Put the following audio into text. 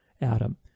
Adam